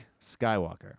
Skywalker